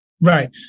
Right